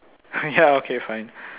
ya okay fine